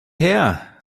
her